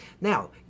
Now